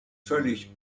völlig